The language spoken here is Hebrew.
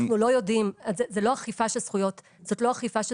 זאת לא אכיפה של זכויות העובדים.